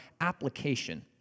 application